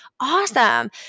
awesome